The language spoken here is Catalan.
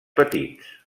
petits